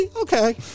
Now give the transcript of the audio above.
okay